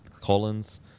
Collins